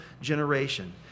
generation